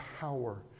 power